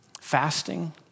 fasting